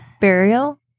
Burial